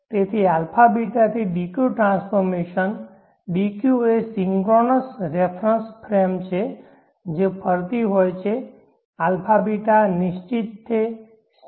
તેથી αβ થી dq transformation dq એ સિંક્રનસ રેફરન્સ ફ્રેમ છે જે ફરતી હોય છેα β નિશ્ચિત સ્થિર છે